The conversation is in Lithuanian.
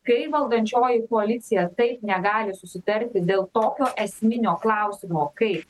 kai valdančioji koalicija taip negali susitarti dėl tokio esminio klausimo kaip